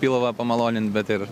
pilvą pamalonint bet ir